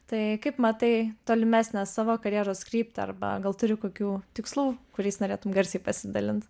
tai kaip matai tolimesnę savo karjeros kryptį arba gal turi kokių tikslų kuriais norėtum garsiai pasidalint